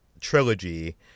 trilogy